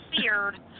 seared